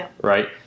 right